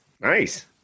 Nice